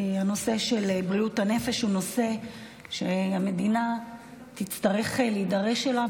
הנושא של בריאות הנפש הוא נושא שהמדינה תצטרך להידרש אליו,